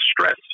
stress